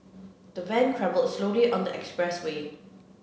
the van travelled slowly on the expressway